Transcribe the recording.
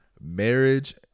marriage